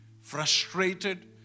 frustrated